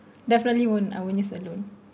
definitely won't I won't use a loan